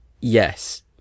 yes